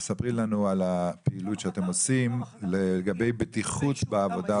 ספרי לנו על הפעילות שאתם עושים לגבי בטיחות בעבודה.